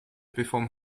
perform